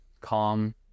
calm